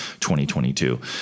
2022